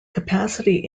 capacity